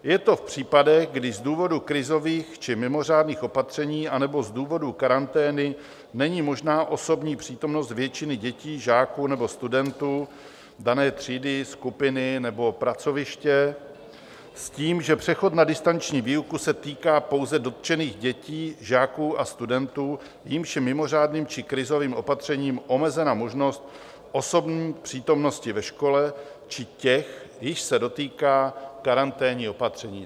Je to v případech, kdy z důvodu krizových či mimořádných opatření anebo z důvodu karantény není možná osobní přítomnost většiny dětí, žáků nebo studentů dané třídy, skupiny nebo pracoviště s tím, že přechod na distanční výuku se týká pouze dotčených dětí, žáků a studentů, jimž je mimořádným či krizovým opatřením omezena možnost osobní přítomnosti ve škole, či těch, jichž se dotýká karanténní opatření.